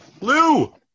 Lou